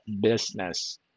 business